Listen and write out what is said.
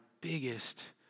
biggest